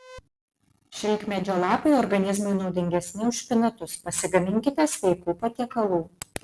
šilkmedžio lapai organizmui naudingesni už špinatus pasigaminkite sveikų patiekalų